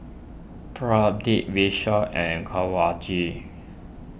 Pradip Vishal and Kanwaljit